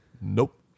Nope